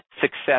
success